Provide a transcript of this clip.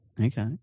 Okay